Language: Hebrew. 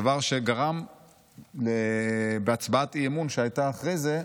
דבר שגרם להצבעת אי-אמון, שהייתה אחרי זה.